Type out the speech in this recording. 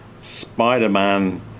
Spider-Man